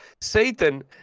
satan